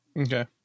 Okay